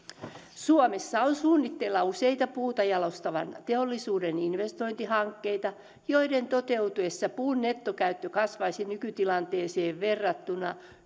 suomessa on suunnitteilla useita puuta jalostavan teollisuuden investointihankkeita joiden toteutuessa puun nettokäyttö kasvaisi nykytilanteeseen verrattuna